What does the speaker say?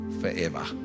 forever